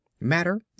Matter